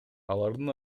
алардын